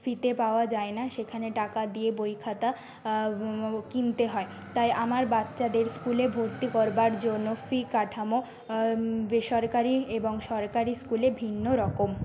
ফ্রিতে পাওয়া যায় না সেখানে টাকা দিয়ে বই খাতা কিনতে হয় তাই আমার বাচ্চাদের স্কুলে ভর্তি করবার জন্য ফি কাঠামো বেসরকারি এবং সরকারি স্কুলে ভিন্ন রকম